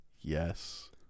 Yes